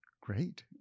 Great